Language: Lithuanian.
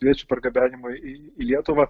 piliečių pargabenimą į į lietuvą